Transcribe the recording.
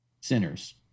sinners